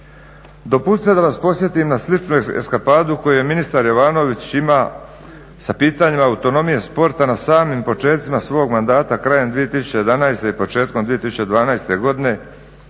Dopustite da vas podsjetim na sličnu ekspadu koju je ministar Jovanović ima sa pitanjima autonomije, sporta na samim počecima svog mandata krajem 2011. i početkom 2012. godine